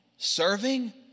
Serving